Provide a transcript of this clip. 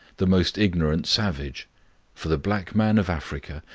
the most ignorant savage for the black man of africa,